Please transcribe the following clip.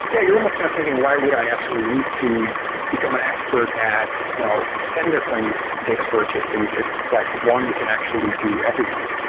yeah, you're almost kind of thinking why would i actually need to become an expert at you know ten different data storage systems if like one can actually do everything?